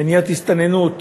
מניעת הסתננות